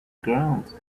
ground